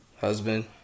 husband